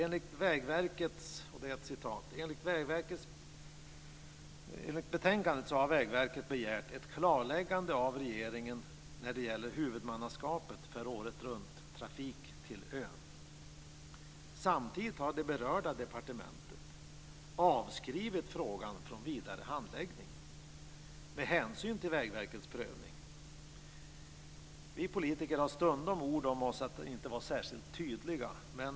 Enligt betänkandet - jag vill återge detta - har Vägverket begärt ett klarläggande av regeringen när det gäller huvudmannaskapet för åretrunttrafik till ön. Samtidigt har det berörda departementet avskrivit frågan från vidare handläggning med hänsyn till Vägverkets prövning. Vi politiker har stundom ord om oss att inte vara särskilt tydliga.